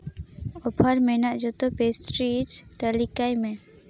offer ᱢᱮᱱᱟᱜ ᱡᱚᱛᱚ page ᱨᱤᱡᱽ ᱛᱟᱹᱞᱤᱠᱟᱭ ᱢᱮ